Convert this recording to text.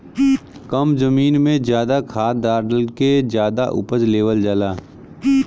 कम जमीन में जादा खाद डाल के जादा उपज लेवल जाला